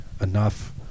Enough